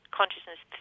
consciousness